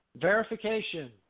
verification